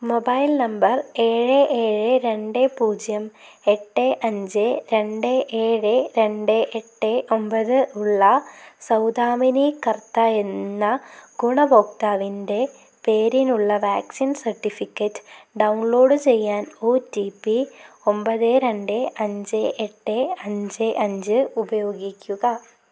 mobile number ഏഴ് ഏഴ് രണ്ട് പൂജ്യം എട്ട് അഞ്ച് രണ്ട് ഏഴ് രണ്ട് എട്ട് ഒൻപത് ഉള്ള സൗദാമിനി കർത്ത എന്ന ഗുണഭോക്താവിൻ്റെ പേരിനുള്ള വാക്സിൻ സർട്ടിഫിക്കറ്റ് ഡൗൺലോഡ് ചെയ്യാൻ ഒ ടി പി ഒൻപത് രണ്ട് അഞ്ച് എട്ട് അഞ്ച് അഞ്ച് ഉപയോഗിക്കുക